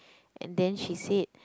and then she said